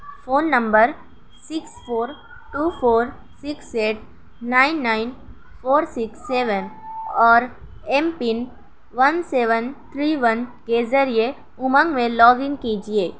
phone number six four two four six eight nine nine four six seven اور M pin one seven three one کے ذریعے امنگ میں log in کیجیے